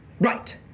Right